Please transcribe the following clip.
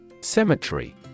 Cemetery